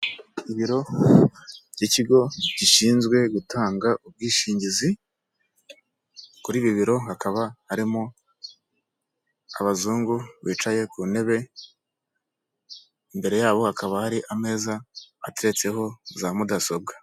Ibiro by'ikigo gishinzwe gutanga ubwishingizi, kuri ibi biro hakaba harimo abazungu bicaye ku ntebe, imbere yabo hakaba hari ameza ateretseho za mudasobwa.